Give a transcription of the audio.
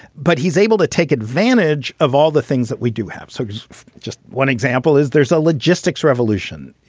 but he's able to take advantage of all the things that we do have. so just just one example is there's a logistics revolution.